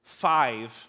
five